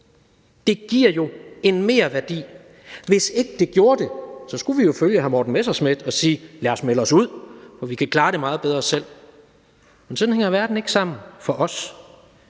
Det giver jo en merværdi. Hvis det ikke gjorde det, skulle vi jo følge hr. Morten Messerschmidts eksempel og sige: Lad os melde os ud, for vi kan klare det meget bedre selv. Men sådan hænger verden ikke sammen for os.